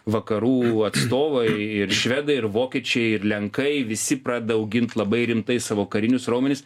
vakarų atstovai ir švedai ir vokiečiai ir lenkai visi pradeda augint labai rimtai savo karinius raumenis